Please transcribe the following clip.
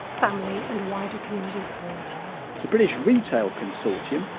family and wider community support the british retail consortium,